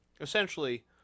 essentially